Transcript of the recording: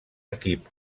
equip